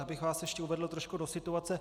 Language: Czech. Abych vás ještě uvedl trošku do situace.